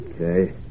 Okay